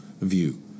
view